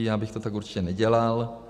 Já bych to tak určitě nedělal.